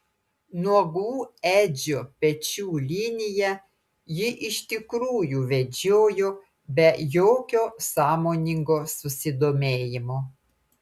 nuogų edžio pečių liniją ji iš tikrųjų vedžiojo be jokio sąmoningo susidomėjimo